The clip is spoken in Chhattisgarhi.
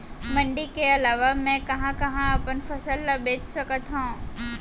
मण्डी के अलावा मैं कहाँ कहाँ अपन फसल ला बेच सकत हँव?